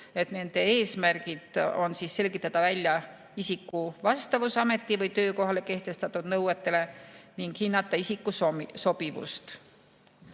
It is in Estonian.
eesmärgid on selgitada välja isiku vastavus ameti- või töökohale kehtestatud nõuetele ning hinnata isiku sobivust.